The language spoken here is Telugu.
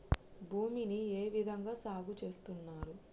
భూమిని ఏ విధంగా సాగు చేస్తున్నారు?